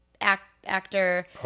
actor